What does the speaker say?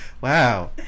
wow